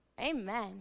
Amen